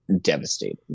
devastating